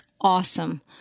awesome